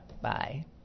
Bye